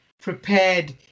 prepared